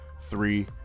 Three